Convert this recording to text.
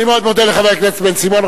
אני מאוד מודה לחבר הכנסת בן-סימון.